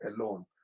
alone